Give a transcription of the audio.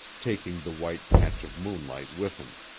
taking the white patch of moonlight with him.